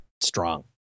strong